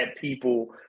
people